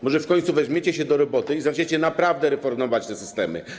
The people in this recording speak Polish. Może w końcu weźmiecie się do roboty i zaczniecie naprawdę reformować te systemy.